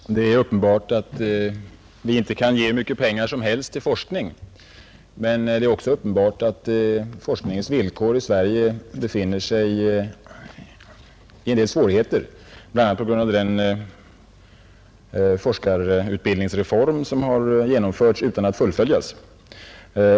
Herr talman! Det är uppenbart att vi inte kan ge hur mycket pengar som helst till forskning, men det är också uppenbart att forskningens villkor i Sverige inte är tillfredsställande bl.a. på grund av den forskarutbildningsreform som har genomförts utan att fullföljas.